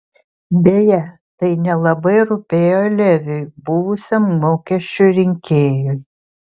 beje tai nelabai rūpėjo leviui buvusiam mokesčių rinkėjui